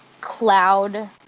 cloud